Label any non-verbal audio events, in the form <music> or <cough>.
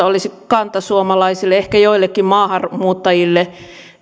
<unintelligible> olisi kantasuomalaisille ehkä joillekin maahanmuuttajille